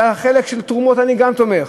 ובחלק של התרומות אני גם תומך,